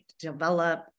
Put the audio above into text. develop